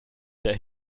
der